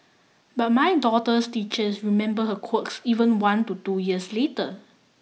but my daughter's teachers remember her quirks even one to two years later